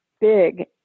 big